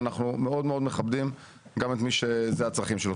ואנחנו מאוד מכבדים גם את מי שאלו הצרכים האלו.